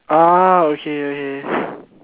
ah okay okay